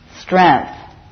strength